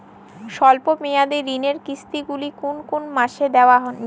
স্বল্প মেয়াদি ঋণের কিস্তি গুলি কোন কোন মাসে দেওয়া নিয়ম?